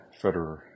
Federer